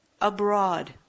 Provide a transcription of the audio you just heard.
Abroad